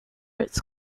its